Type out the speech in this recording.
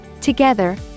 Together